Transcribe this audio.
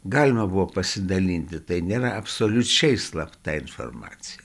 galima buvo pasidalinti tai nėra absoliučiai slapta informacija